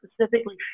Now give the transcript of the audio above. specifically